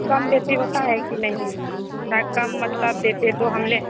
कम बेसी होता है कि नहीं ना कम मतलब देते तो हम लें